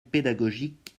pédagogique